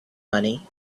money